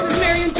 mary,